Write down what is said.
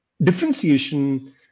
differentiation